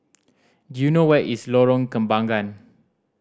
do you know where is Lorong Kembagan